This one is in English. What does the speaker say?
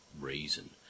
reason